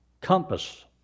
compass